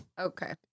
Okay